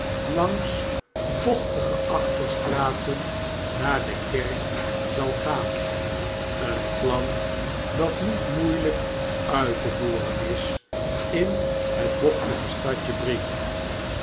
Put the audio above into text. fangs bochtige achterstraten naar de kerk zal gaan een plan dat niet moeieiykuit te voeren is in het bochtige stadje